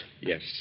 Yes